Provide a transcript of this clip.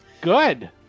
Good